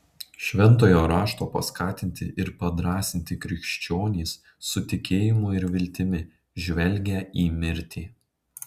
šventojo rašto paskatinti ir padrąsinti krikščionys su tikėjimu ir viltimi žvelgią į mirtį